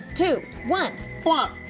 two, one. bwomp,